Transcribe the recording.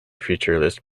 featureless